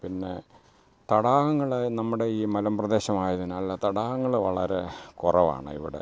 പിന്നെ തടാകങ്ങൾ നമ്മുടെ ഈ മലമ്പ്രദേശം ആയതിനാൽ തടാകങ്ങൾ വളരെ കുറവാണ് ഇവിടെ